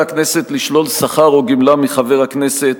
הכנסת לשלול שכר או גמלה מחבר הכנסת,